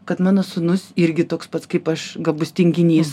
kad mano sūnus irgi toks pat kaip aš gabus tinginys